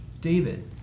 david